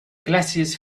glasses